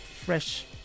Fresh